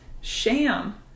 sham